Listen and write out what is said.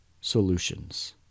solutions